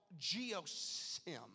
GeoSim